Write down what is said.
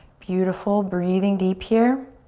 beautiful. breathing deep here.